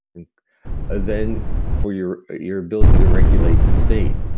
and then for your your ability to regulate state,